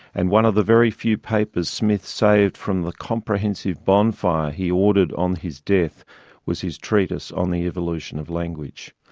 and one of very few papers smith saved from the comprehensive bonfire he ordered on his death was his treatise on the evolution of language.